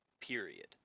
Period